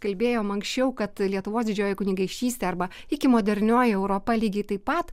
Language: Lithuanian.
kalbėjom anksčiau kad lietuvos didžioji kunigaikštystė arba iki modernioji europa lygiai taip pat